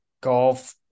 golf